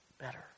better